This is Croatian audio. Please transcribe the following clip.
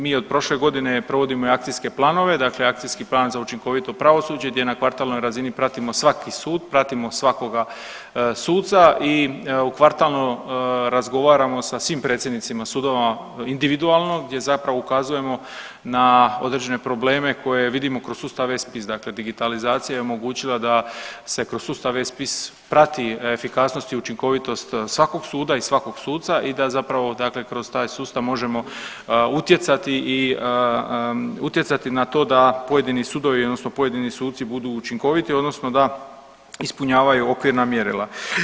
Mi od prošle godine provodimo i akcijske planove, dakle Akcijski plan za učinkovito pravosuđe gdje na kvartalnoj razini pratimo svaki sud, pratimo svakoga suca i u kvartalno razgovaramo sa svim predsjednicima sudova individualno gdje zapravo ukazujemo na određene probleme koje vidimo kroz sustav e-Spis, dakle digitalizacija je omogućila da se kroz sustav e-Spis prati efikasnost i učinkovitost svakog suda i svakog suca i da kroz taj sustav možemo utjecati na to da pojedini sudovi odnosno pojedini suci budu učinkoviti odnosno da ispunjavaju okvirna mjerila.